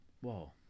Whoa